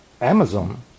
Amazon